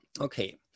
Okay